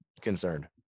concerned